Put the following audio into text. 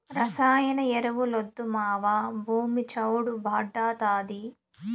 రసాయన ఎరువులొద్దు మావా, భూమి చౌడు భార్డాతాది